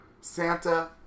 Santa